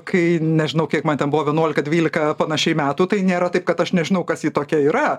kai nežinau kiek man ten buvo vienuolika dvylika panašiai metų tai nėra taip kad aš nežinau kas ji tokia yra